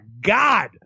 god